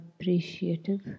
appreciative